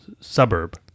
suburb